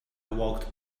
walked